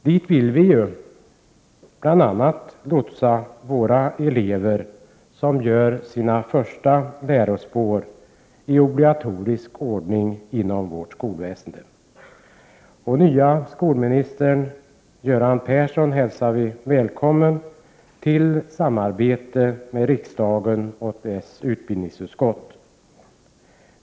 Det är ju bl.a. dit vi vill lotsa elever som gör sina första lärospån i obligatorisk ordning inom vårt skolväsende. Nya skolministern Göran Persson hälsas välkommen till samarbete med riksdagen och dess utbildningsutskott.